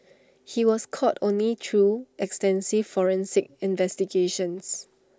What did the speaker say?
he was caught only through extensive forensic investigations